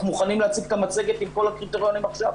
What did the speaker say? מוכנים להציג את המצגת עם כל הקריטריונים עכשיו,